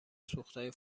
سوختهای